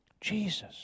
Jesus